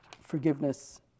forgiveness